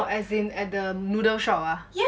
but as in at the noodle shop ah